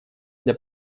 для